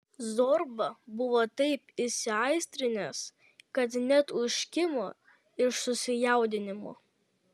zorba buvo taip įsiaistrinęs kad net užkimo iš susijaudinimo